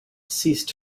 ceased